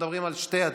מדברים על שתי הצבעות.